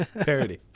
Parody